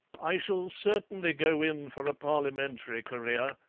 i shall certainly go in for a parliamentary career,